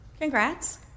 Congrats